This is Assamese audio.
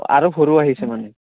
আৰু সৰু আহিছে মানে